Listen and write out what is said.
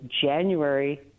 January